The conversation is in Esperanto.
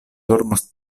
dormos